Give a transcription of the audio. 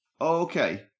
okay